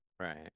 Right